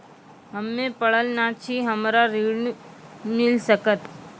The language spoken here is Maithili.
हम्मे पढ़ल न छी हमरा ऋण मिल सकत?